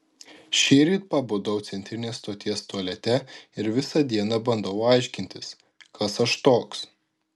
šįryt pabudau centrinės stoties tualete ir visą dieną bandau aiškintis kas aš toks